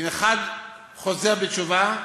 אם אחד חוזר בתשובה,